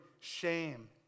shame